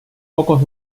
pocos